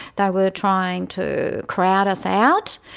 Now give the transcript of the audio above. they were trying to crowd us out,